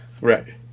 right